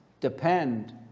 depend